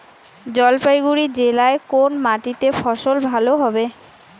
জলপাইগুড়ি জেলায় কোন মাটিতে ফসল ভালো হবে?